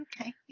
Okay